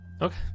Okay